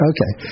Okay